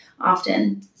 often